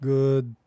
Good